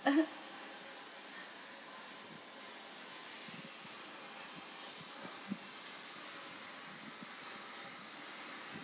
(uh huh)